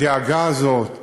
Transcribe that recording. בדאגה הזאת לצעירים,